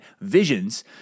visions